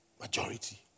Majority